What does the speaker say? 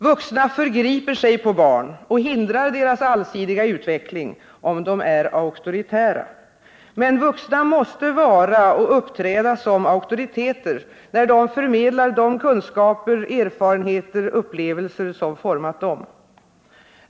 Vuxna förgriper sig på barn — och hindrar deras allsidiga växt — om de är auktoritära. Men vuxna måste vara och uppträda som auktoriteter, när de förmedlar de kunskaper, erfarenheter, upplevelser som format dem.